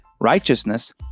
Righteousness